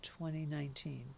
2019